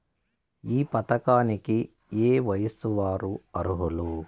ఈ పథకానికి ఏయే వయస్సు వారు అర్హులు?